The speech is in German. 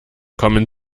kommen